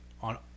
on